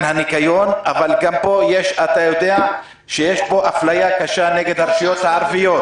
הניקיון אבל גם פה יש אפליה קשה נגד הרשויות הערביות,